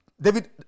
David